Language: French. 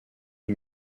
une